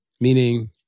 Meaning